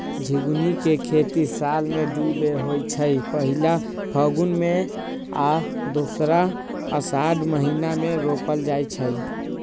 झिगुनी के खेती साल में दू बेर होइ छइ पहिल फगुन में आऽ दोसर असाढ़ महिना मे रोपल जाइ छइ